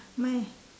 my